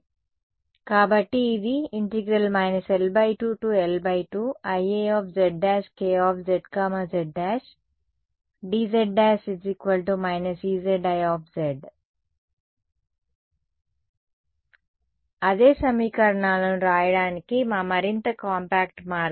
కాబట్టి ఇది L2L2 IAz' K z z 'dz' Ezi అదే సమీకరణాలను వ్రాయడానికి మా మరింత కాంపాక్ట్ మార్గం